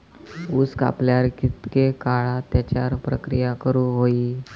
ऊस कापल्यार कितके काळात त्याच्यार प्रक्रिया करू होई?